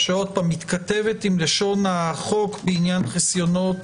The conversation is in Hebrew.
שמתכתבת עם לשון החוק בעניין חסיונות